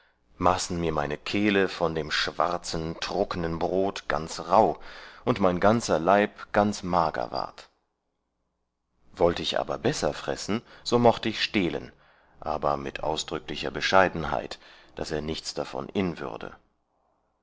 maßen mir meine kehle von dem schwarzen truckenen brot ganz rauh und mein ganzer leib ganz mager ward wollte ich aber besser fressen so mochte ich stehlen aber mit ausdrücklicher bescheidenheit daß er nichts davon inwürde